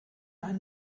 einen